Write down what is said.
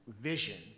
vision